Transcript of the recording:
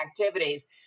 activities